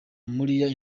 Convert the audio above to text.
moriah